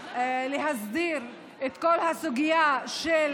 באה להסדיר את כל הסוגיה של